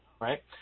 right